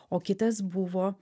o kitas buvo